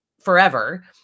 forever